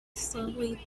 slowly